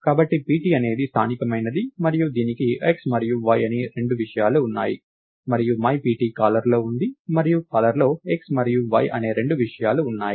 కాబట్టి pt అనేది స్థానికమైనది మరియు దీనికి x మరియు y అనే రెండు విషయాలు ఉన్నాయి మరియు myPt కాలర్లో ఉంది మరియు కాలర్లో x మరియు y అనే రెండు విషయాలు ఉన్నాయి